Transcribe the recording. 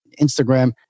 Instagram